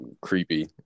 creepy